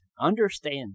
Understand